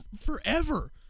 forever